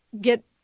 get